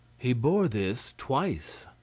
he bore this twice.